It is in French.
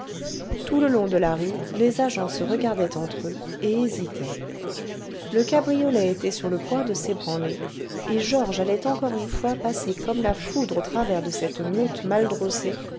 tout le long de la rue les agents se regardaient entre eux et hésitaient le cabriolet était sur le point de s'ébranler et george allait encore une fois passer comme la foudre au travers de cette meute mal drossée